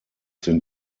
sind